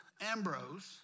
Ambrose